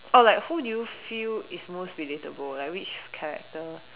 or like who do you feel is most relatable like which character